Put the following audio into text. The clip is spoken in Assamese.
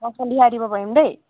অঁ সন্ধিয়াহে দিব পাৰিম দেই